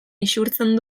isurtzen